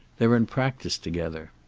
they're in practice together.